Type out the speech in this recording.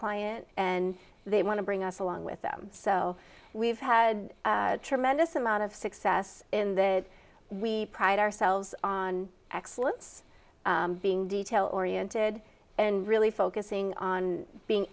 client and they want to bring us along with them so we've had tremendous amount of success in that we pride ourselves on excellence being detail oriented and really focusing on being